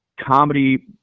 comedy